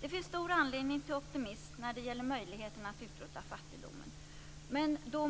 Det finns stor anledning till optimism när det gäller möjligheterna att utrota fattigdomen, men då